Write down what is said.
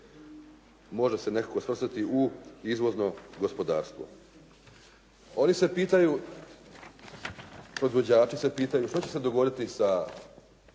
može nekako svrstati u izvozno gospodarstvo. Oni se pitaju, proizvođači se pitaju što će se dogoditi sa